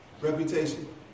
reputation